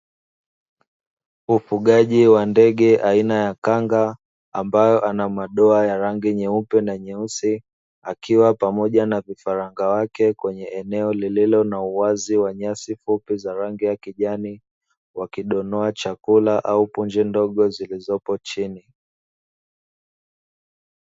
Ufugaji wa ndege aina ya kanga ambaye ana madoa ya rangi nyeupe na nyeusi, akiwa pamoja na vifaranga wake kwenye eneo lililo na uwazi wa nyasi fupi za rangi ya kijani, wakidonoa chakula au punje ndogo zilizopo chini.